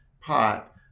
pot